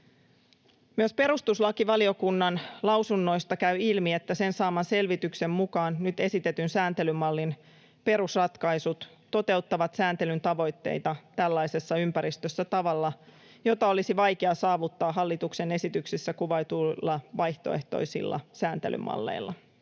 Myös perustuslakivaliokunnan lausunnoista käy ilmi, että sen saaman selvityksen mukaan nyt esitetyn sääntelymallin perusratkaisut toteuttavat sääntelyn tavoitteita tällaisessa ympäristössä tavalla, jota olisi vaikea saavuttaa hallituksen esityksessä kuvatuilla vaihtoehtoisilla sääntelymalleilla.